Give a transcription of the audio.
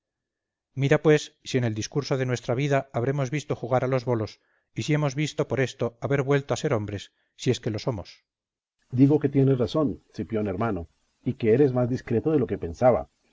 mira pues si en el discurso de nuestra vida habremos visto jugar a los bolos y si hemos visto por esto haber vuelto a ser hombres si es que lo somos berganza digo que tienes razón cipión hermano y que eres más discreto de lo que pensaba